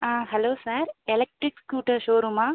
ah hello sir electric scooter ஷோரூமா